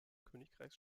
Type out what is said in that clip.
königreichs